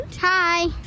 Hi